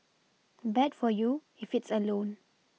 bad for you if it's a loan